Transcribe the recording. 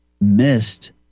missed